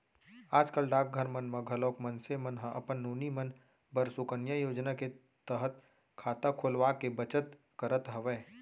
आज कल डाकघर मन म घलोक मनसे मन ह अपन नोनी मन बर सुकन्या योजना के तहत खाता खोलवाके बचत करत हवय